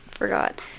forgot